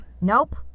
Nope